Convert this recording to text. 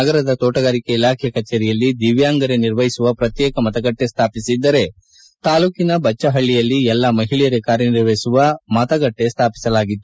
ನಗರದ ತೋಟಗಾರಿಕೆ ಇಲಾಬೆ ಕಚೇರಿಯಲ್ಲಿ ದಿವ್ಯಾಂಗರೇ ನಿರ್ವಹಿಸುವ ಪ್ರತ್ಯೇಕ ಮತಗಟ್ಟೆ ಸ್ಥಾಪಿಸಿದ್ದರೆ ತಾಲೂಕಿನ ಬಚ್ಚಹಳ್ಳಯಲ್ಲಿ ಎಲ್ಲಾ ಮಹಿಳೆಯರೇ ಕಾರ್ಯನಿರ್ವಹಿಸುವ ಮತಗಟ್ಟೆ ಸ್ಥಾಪಿಸಲಾಗಿತ್ತು